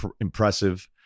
impressive